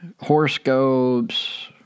horoscopes